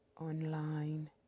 online